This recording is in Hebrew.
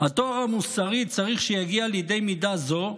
"הטוהר המוסרי צריך שיגיע לידי מידה זו,